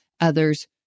others